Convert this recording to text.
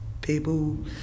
people